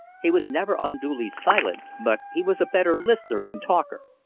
he was never unduly silent, but he was a better listener than talker.